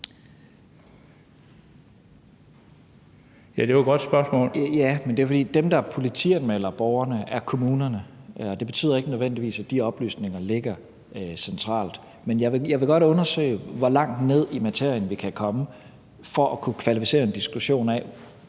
Ja, det var et godt spørgsmål!). Ja, men det er, fordi dem, der politianmelder borgerne, er kommunerne, og det betyder ikke nødvendigvis, at de oplysninger ligger centralt. Men jeg vil godt undersøge, hvor langt ned i materien vi kan komme for at kunne kvalificere en diskussion af,